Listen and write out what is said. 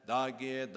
Dagi